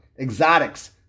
Exotics